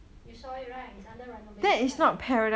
you saw it right it's under renovation right